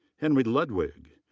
henry ludwig.